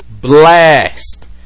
Blast